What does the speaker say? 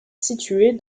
située